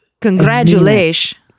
Congratulations